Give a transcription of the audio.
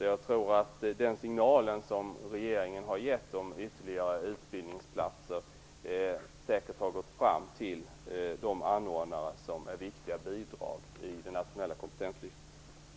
Jag tror att den signal som regeringen har gett om ytterligare utbildningsplatser säkert har gått fram till de anordnare som utgör viktiga bidrag i det nationella kompetenslyftet.